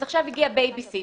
אז עכשיו הגיעה בייביסיטר.